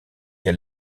qu’à